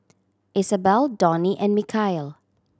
Isabel Donny and Mikeal